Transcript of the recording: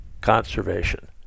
conservation